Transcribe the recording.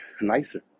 nicer